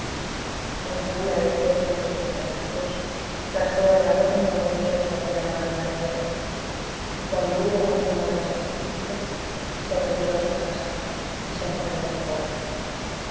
el cura de c casó a la única mujer que había amado en la tierra y cuando hubo consumado el sacrificio se retiró a su casa y se encerró en su cuarto